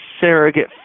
surrogate